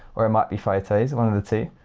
or it might be photos, one of the two.